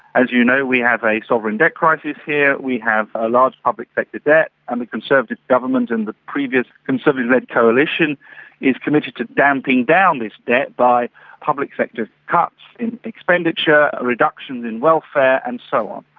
as you know, we have a sovereign debt crisis here, we have a large public sector debt and the conservative government and the previous conservative led coalition is committed to damping down this debt by public sector cuts in expenditure, a reduction in welfare and so on.